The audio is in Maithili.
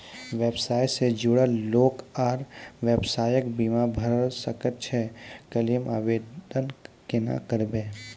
व्यवसाय सॅ जुड़ल लोक आर व्यवसायक बीमा भऽ सकैत छै? क्लेमक आवेदन कुना करवै?